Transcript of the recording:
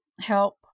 help